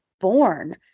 born